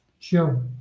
sure